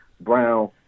brown